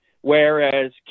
whereas